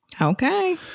Okay